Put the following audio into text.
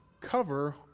cover